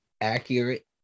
accurate